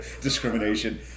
discrimination